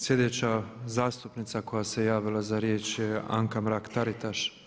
Slijedeća zastupnica koja se javila za riječ je Anka Mrak-Taritaš.